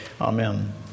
Amen